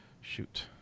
Shoot